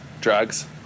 drugs